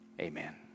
amen